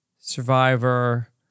Survivor